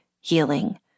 healing